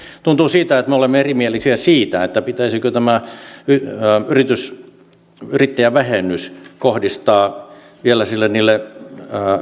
tuntuu siltä että me olemme erimielisiä siitä pitäisikö tämä yrittäjävähennys kohdistaa vielä niille